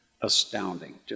astounding